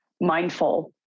mindful